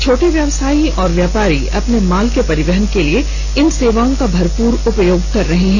छोटे व्यवसायी और व्यापारी अपने माल के परिवहन के लिए इन सेवाओं का भरपूर उपयोग कर रहे हैं